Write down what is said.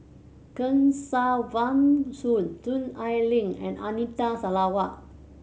Kesavan Soon Soon Ai Ling and Anita Sarawak